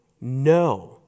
No